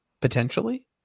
potentially